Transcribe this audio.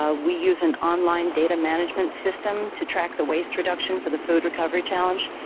ah we use an online data management system to track the waste reduction for the food recovery challenge.